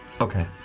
Okay